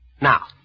Now